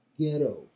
ghetto